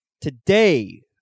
today